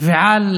ועל